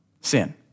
Sin